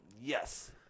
Yes